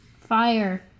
Fire